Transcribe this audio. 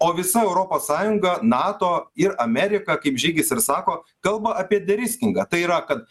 o visa europos sąjunga nato ir amerika kaip žygis ir sako kalba apie deriskingą tai yra kad